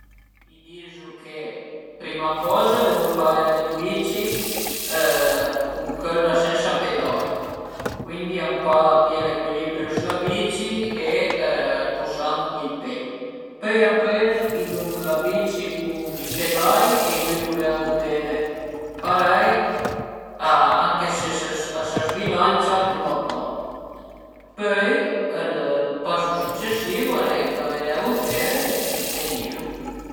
I dizu che prima coza a deu ëmparé a andé ën bici cun chëlla sensa pedai, cuindi a ëmpara a pìé l'ecuilibrio s'la bici e pusand cun i pe, pöi apres i dun la bici cun i pedai e i bütu le rutele, parei anche së a së zbilancia a tumba pa, pöi ël passo successivo al e gavé le rutele e tenilu